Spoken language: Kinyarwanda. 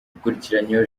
ukurikiranyweho